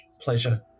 Pleasure